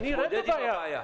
אני אראה את הבעיה.